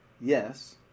yes